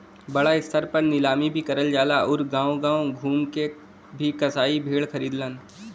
बड़ा स्तर पे नीलामी भी करल जाला आउर गांव गांव घूम के भी कसाई भेड़ खरीदलन